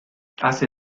hace